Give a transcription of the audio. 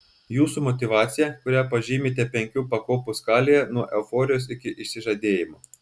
jūsų motyvacija kurią pažymite penkių pakopų skalėje nuo euforijos iki išsižadėjimo